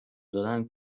دادن